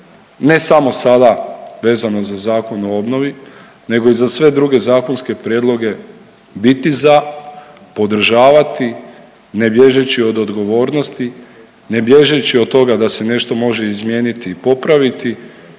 ne samo sada vezano za Zakon o obnovi nego i za sve druge zakonske prijedloge biti za, podržavati ne bježeći od odgovornosti, ne bježeći od toga da se nešto može izmijeniti i popraviti